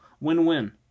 win-win